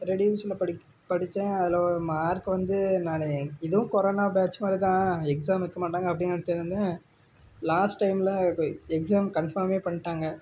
ரெடியூஸில் படித்தேன் அதில் ஒரு மார்க் வந்து நான் இதுவும் கொரோனா பேட்ச் மாதிரிதான் எக்ஸாம் வைக்க மாட்டாங்க அப்படின்னு நெனைச்சிட்ருந்தேன் லாஸ்ட் டைமில் எக்ஸாம் கன்ஃபார்மே பண்ணிட்டாங்க